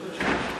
סגן השר ליצמן.